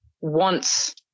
wants